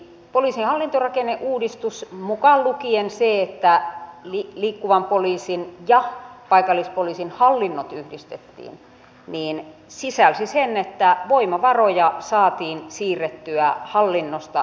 poliisin hallintorakenneuudistus mukaan lukien se että liikkuvan poliisin ja paikallispoliisin hallinnot yhdistettiin sisälsi sen että voimavaroja saatiin siirrettyä hallinnosta kenttätyöhön